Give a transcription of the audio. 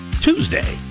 Tuesday